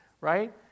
right